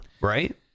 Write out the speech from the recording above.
right